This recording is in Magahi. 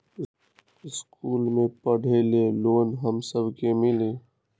इश्कुल मे पढे ले लोन हम सब के मिली?